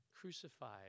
crucified